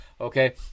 okay